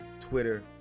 Twitter